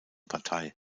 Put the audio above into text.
partei